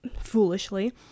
foolishly